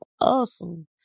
Awesome